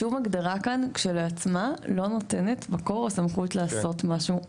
שום הגדרה כאן כשלעצמה לא נותנת מקור או סמכות לעשות משהו.